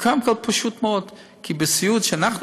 קודם כול,